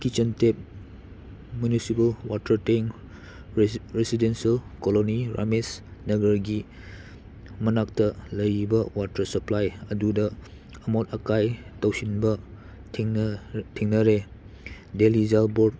kitchen tap municipal water tank residential colony ꯔꯥꯃꯦꯁꯅꯒꯔꯒꯤ ꯃꯅꯥꯛꯇ ꯂꯩꯕ ꯋꯥꯇꯔ ꯁꯞꯄ꯭ꯂꯥꯏ ꯑꯗꯨꯗ ꯑꯃꯣꯠ ꯑꯀꯥꯏ ꯇꯧꯁꯤꯟꯕ ꯊꯦꯡꯅꯔꯦ ꯗꯦꯜꯂꯤ ꯖꯜ ꯕꯣꯔꯠ